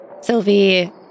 Sylvie